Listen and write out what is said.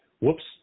Whoops